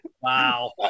wow